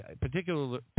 particularly